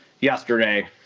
yesterday